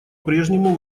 прежнему